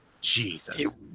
Jesus